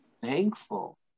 thankful